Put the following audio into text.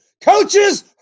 Coaches